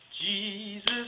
Jesus